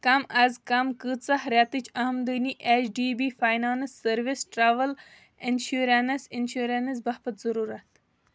کم آز کم کۭژاہ رٮ۪تٕچ آمدٕنی H D B finance services travel insurance insurance باپتھ ضروٗرت